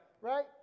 Right